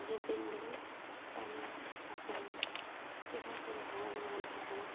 ᱤᱭᱟᱹ ᱠᱤᱨᱤᱧ ᱞᱟᱹᱜᱤᱫ ᱴᱟᱹᱞᱤ ᱠᱷᱟᱯᱨᱟ ᱠᱤᱨᱤᱧ ᱞᱟᱹᱜᱤᱫ ᱪᱮᱫᱟᱜ ᱥᱮ ᱡᱚᱛᱚ ᱦᱚᱲᱫᱚ ᱵᱟᱵᱚᱱ ᱠᱤᱥᱟᱹᱬᱟ